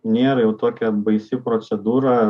nėra jau tokia baisi procedūra